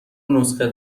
نسخه